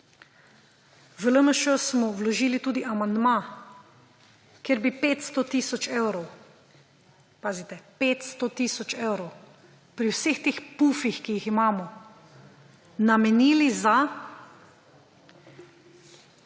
V LMŠ smo vložili tudi amandma, kjer bi 500 tisoč evrov, – pazite, 500 tisoč evrov –, pri vseh teh pufih, ki jih imamo, namenili za